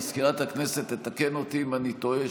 ומזכירת הכנסת תתקן אותי אם אני טועה,